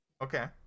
Okay